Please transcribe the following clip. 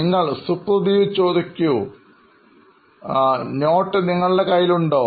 നിങ്ങൾ സുപ്രദീപ് ചോദിക്കൂ നോട്ട് താങ്കളുടെ കയ്യിലുണ്ടോ